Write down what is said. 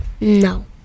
No